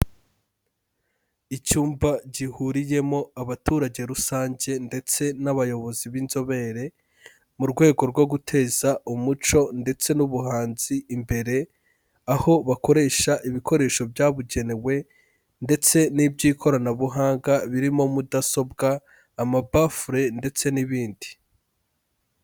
Icyumba gihuriyemo abaturage rusange ndetse n'abayobozi b'inzobere mu rwego rwo guteza umuco ndetse n'ubuhanzi imbere, aho bakoresha ibikoresho byabugenewe ndetse n'iby'ikoranabuhanga birimo mudasobwa, amabafure ndetse n'ibindi.